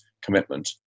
commitment